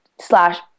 slash